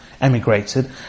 emigrated